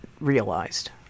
realized